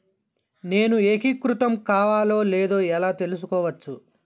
నేను ఏకీకృతం కావాలో లేదో ఎలా తెలుసుకోవచ్చు?